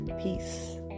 Peace